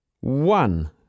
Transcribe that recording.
one